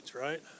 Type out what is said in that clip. right